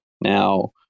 Now